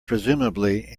presumably